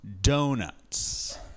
Donuts